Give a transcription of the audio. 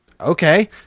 Okay